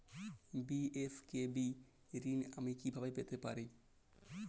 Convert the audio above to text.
BSKB ঋণ আমি কিভাবে পেতে পারি?